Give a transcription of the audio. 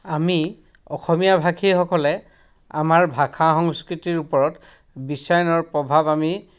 আমি অসমীয়া ভাষীসকলে আমাৰ ভাষা সংস্কৃতিৰ ওপৰত বিশ্বায়নৰ প্ৰভাৱ আমি